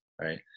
right